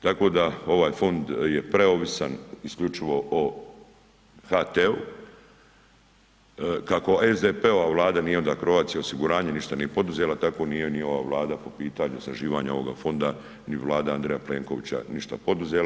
Tako da ovaj fond je preovisan isključivo o HT-u, kako SDP-ova vlada nije onda Croatia osiguranje ništa nije poduzela, tako nije ni ova Vlada po pitanju sređivanja ovog fonda ni Vlada Andreja Plenkovića ništa poduzela.